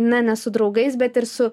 na ne su draugais bet ir su